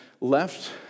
left